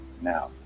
now